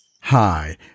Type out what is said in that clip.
Hi